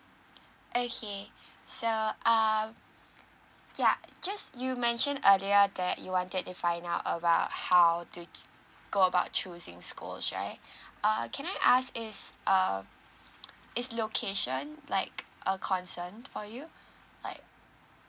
okay so err ya just you mentioned earlier that you wanted to find out about how to go about choosing schools right err can I ask is uh is location like a concern for you like